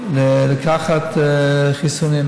זה ממש מהפכה בתחום הצלת ותרומת מזון בישראל.